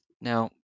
Now